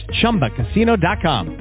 ChumbaCasino.com